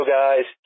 guys